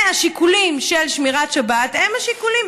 והשיקולים של שמירת שבת הם השיקולים,